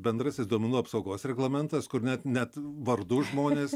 bendrasis duomenų apsaugos reglamentas kur net net vardu žmonės